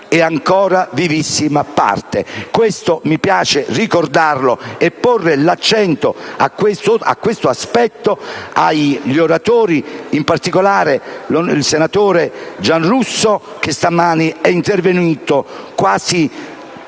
e ancora vivissima parte. Questo mi piace ricordarlo, ponendo l'accento su questo aspetto, ad alcuni oratori, in particolare il senatore Giarrusso, che stamani è intervenuto parlando